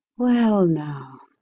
well, now.